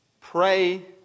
Pray